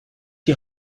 die